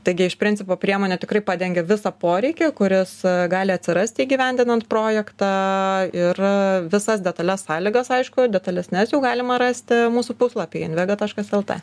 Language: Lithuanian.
taigi iš principo priemonė tikrai padengia visą poreikį kuris gali atsirasti įgyvendinant projektą ir visas detales sąlygas aišku detalesnes jau galima rasti mūsų puslapyje invega taškas lt